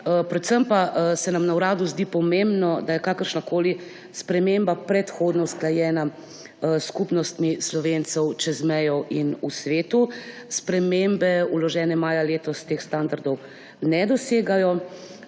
Predvsem pa se nam na uradu zdi pomembno, da je kakršnakoli sprememba predhodno usklajena s skupnostmi Slovencev čez mejo in v svetu. Spremembe, vložene maja letos, teh standardov ne dosegajo.